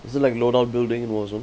is it like load out building in warzone